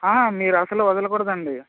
మీరు అస్సలు వదలకూడదు అండి